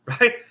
Right